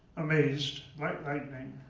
amazed, like lightning,